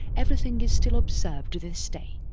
everything is still observed to this day.